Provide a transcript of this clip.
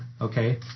okay